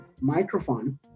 microphone